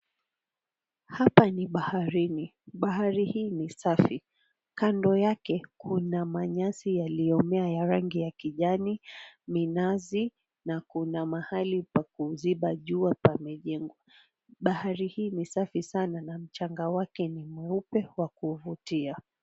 Hapa ni baharini, bahari hii ni safi, kando yake kuna manyasi yaliyomea ya rangi ya kijani, minazi na kuna mahali pa kuziba jua pamejengwa bahari hii ni safi sana na mchanga wake ni mweupe wa kuvutia.